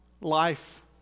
life